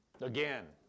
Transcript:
again